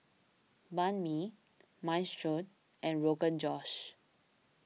Banh Mi Minestrone and Rogan Josh